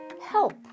help